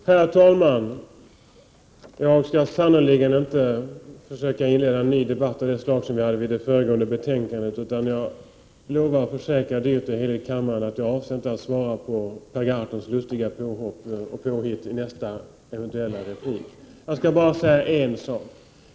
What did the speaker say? Herr talman! Jag skall sannerligen inte försöka inleda en ny debatt av det slag som vi hade om utrikesutskottets betänkande 3. Jag lovar och försäkrar dyrt och heligt kammaren att jag inte avser att svara på Per Gahrtons lustiga påhopp och påhitt i nästa eventuella replik. Jag skall bara säga en sak.